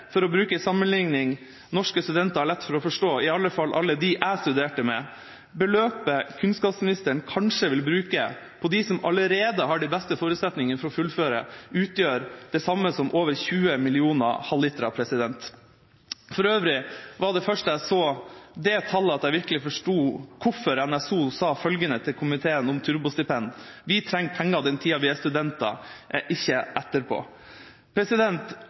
For å bruke en sammenlikning norske studenter har lett for å forstå – iallfall alle dem jeg studerte med: Beløpet kunnskapsministeren kanskje vil bruke på dem som allerede har de beste forutsetninger for å fullføre, utgjør det samme som over 20 millioner halvlitere. For øvrig var det først da jeg så det tallet at jeg virkelig forsto hvorfor NSO sa følgende til komiteen om turbostipend: «Vi trenger penger den tiden vi er studenter, ikke etterpå.»